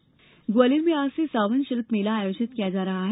शिल्प मेला ग्वालियर में आज से सावन शिल्प मेला आयोजित किया जा रहा है